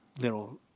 little